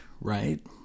right